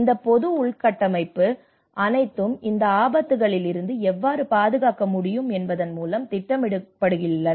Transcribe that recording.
இந்த பொது உள்கட்டமைப்பு அனைத்தும் இந்த ஆபத்துகளிலிருந்து எவ்வாறு பாதுகாக்க முடியும் என்பதன் மூலம் திட்டமிடப்பட்டுள்ளன